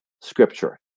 scripture